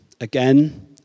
again